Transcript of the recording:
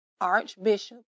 archbishop